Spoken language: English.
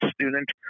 student